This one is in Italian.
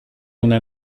una